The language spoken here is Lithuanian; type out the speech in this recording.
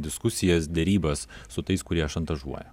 diskusijas derybas su tais kurie šantažuoja